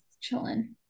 chilling